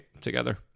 together